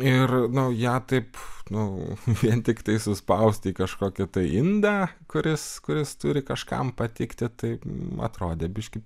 ir ją taip nu vien tiktai suspausti į kažkokį indą kuris kuris turi kažkam patikti tai atrodė biškį